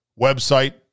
website